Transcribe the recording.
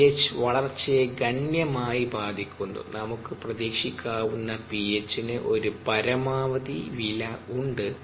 pH വളർച്ചയെ ഗണ്യമായി ബാധിക്കുന്നു നമുക്ക് പ്രതീക്ഷിക്കാവുന്ന പിഎച്ചിന് ഒരു പരമാവധി വില ഉണ്ട്